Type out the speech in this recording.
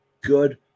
good